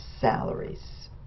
salaries